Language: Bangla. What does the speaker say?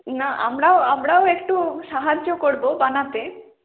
না আমরাও আমরাও একটু সাহায্য করব বানাতে